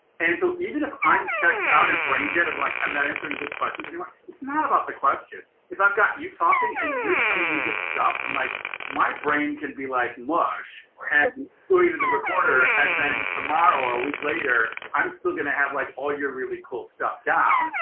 and so even if i'm checked out and brain dead, i'm like i'm not answering good questions anymore, it's not about the question. if i've got you talking and you're telling me good stuff, and like my brain can be like mush and it's going into the recorder. and then tomorrow or a week later, i'm still going to have like all your really cool stuff down.